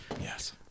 Yes